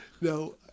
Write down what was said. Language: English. No